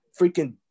freaking